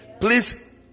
please